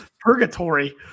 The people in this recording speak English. purgatory